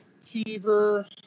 fever